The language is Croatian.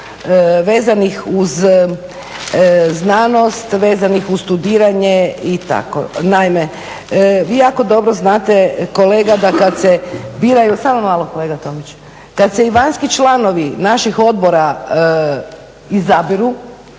vezanih uz znanost, vezanih uz studiranje i tako. Naime, vi jako dobro znate kolega da kad se biraju, kad se i vanjski članovi naših odbora izabiru